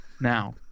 now